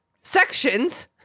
sections